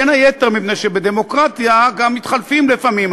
בין היתר מפני שבדמוקרטיה גם מתחלפים לפעמים.